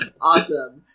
Awesome